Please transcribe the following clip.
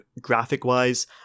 graphic-wise